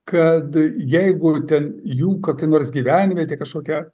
kad jeigu ten jų kokia nors gyvenvietė kažkokia